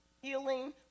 healing